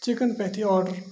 chicken پیتھی order